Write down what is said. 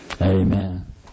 Amen